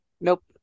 Nope